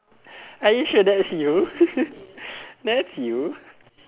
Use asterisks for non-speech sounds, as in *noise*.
are you sure that is you *laughs* that's you